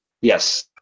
yes